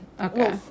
Okay